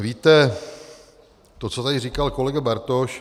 Víte, to, co tady říkal kolega Bartoš...